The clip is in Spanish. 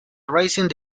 racing